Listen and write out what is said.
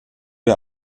der